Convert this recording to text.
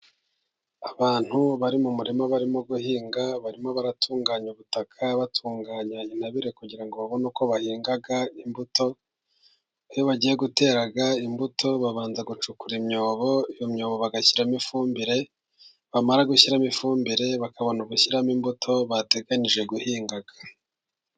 Abantu bari mu murima barimo guhinga, barimo baratunganya ubutaka, batunganya intabire kugira ngo babone uko bahinga imbuto, iyo bagiye gutera imbuto babanza gucukura imyobo, iyo imyobo bagashyiramo ifumbire, bamara gushyiramo ifumbire bakabona gushyiramo imbuto bateganyije guhinga.